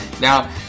Now